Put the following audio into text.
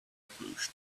pollution